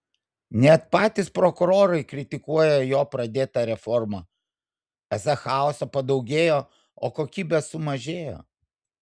net patys prokurorai kritikuoja jo pradėtą reformą esą chaoso padaugėjo o kokybės sumažėjo